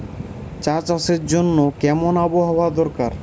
চা চাষের জন্য কেমন আবহাওয়া দরকার?